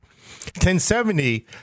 1070